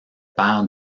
père